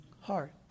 heart